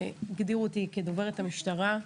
שהגדירו אותי כדוברת המשטרה.